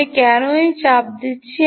আমি কেন এই চাপ দিচ্ছি